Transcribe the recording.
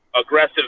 aggressive